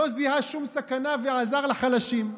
לא זיהה שום סכנה ועזר לחלשים.